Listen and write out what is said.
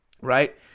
right